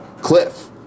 cliff